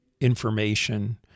information